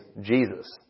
Jesus